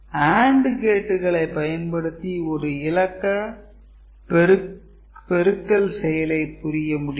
AND கேட்டுகளை பயன்படுத்தி ஒரு இலக்க பெருக்கல் செயலை புரிய முடியும்